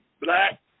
black